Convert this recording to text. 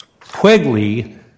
Quigley